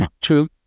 True